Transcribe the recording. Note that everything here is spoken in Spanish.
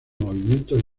movimientos